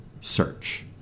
search